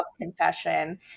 confession